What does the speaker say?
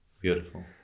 Beautiful